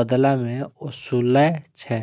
बदला मे ओसूलै छै